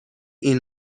این